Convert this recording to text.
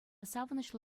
савӑнӑҫлӑ